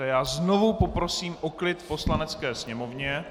Já znovu poprosím o klid v Poslanecké sněmovně.